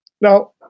Now